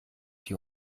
die